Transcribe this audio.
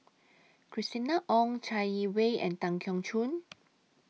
Christina Ong Chai Yee Wei and Tan Keong Choon